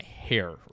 hair